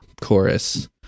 chorus